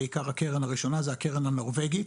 בעיקר הקרן הראשונה שזאת הקרן הנורבגית